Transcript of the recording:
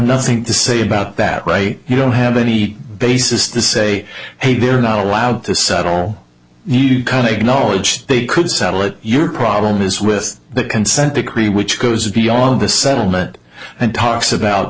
nothing to say about that right you don't have any basis to say hey they're not allowed to settle make knowledge they could settle it your problem is with the consent decree which goes beyond the settlement and talks about